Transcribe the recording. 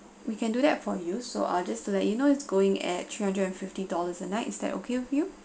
we can do that for you so I'll just to let you know is going at three hundred and fifty dollars a night is that okay with you